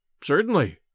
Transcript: Certainly